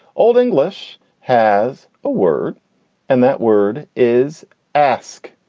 old english has a word and that word is ask.